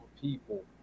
people